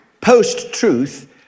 Post-truth